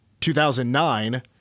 2009